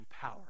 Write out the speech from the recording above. power